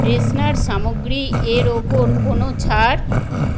freshener সামগ্রী এর ওপর কোনও ছাড়